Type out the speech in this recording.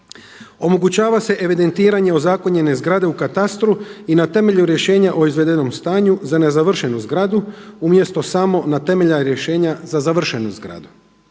Omogućava se evidentiranje ozakonjene zgrade u katastru i na temelju rješenja o izvedenom stanju za nezavršenu zgradu umjesto samo na temelju rješenja za završenu zgradu.